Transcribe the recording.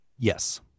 Yes